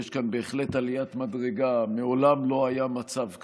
יש כאן בהחלט עליית מדרגה, מעולם לא היה מצב כזה.